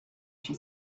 she